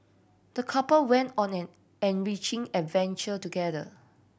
the couple went on an enriching adventure together